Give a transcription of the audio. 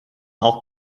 auch